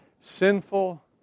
sinful